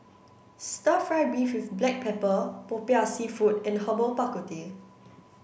stir fry beef with black pepper popiah seafood and herbal bak ku teh